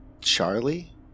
Charlie